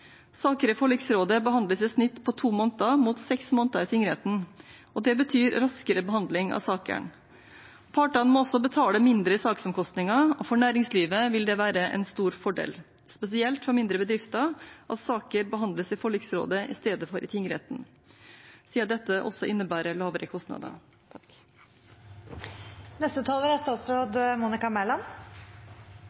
Saker i forliksrådet behandles i snitt på to måneder, mot seks måneder i tingretten. Det betyr raskere behandling av sakene. Partene må også betale mindre i saksomkostninger, og for næringslivet vil det være en stor fordel, spesielt for mindre bedrifter, at saker behandles i forliksrådet i stedet for i tingretten, siden dette også innebærer lavere kostnader. Regjeringen er opptatt av at reglene om tvisteløsning i